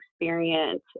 experience